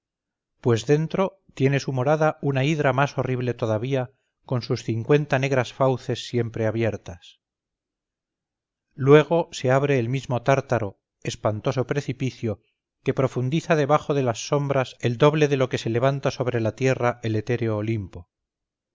pues dentro tiene su morada una hidra más horrible todavía con sus cincuenta negras fauces siempre abiertas luego se abre el mismo tártaro espantoso precipicio que profundiza debajo de las sombras el doble de lo que se levanta sobre la tierra el etéreo olimpo